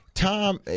Tom